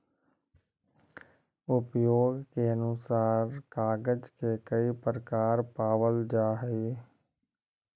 उपयोग के अनुसार कागज के कई प्रकार पावल जा हई